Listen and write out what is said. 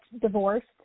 divorced